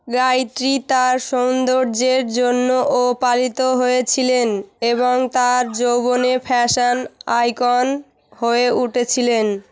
গায়ত্রী তার সৌন্দর্যের জন্যও পালিত হয়েছিলেন এবং তার যৌবনে ফ্যাশান আইকন হয়ে উঠেছিলেন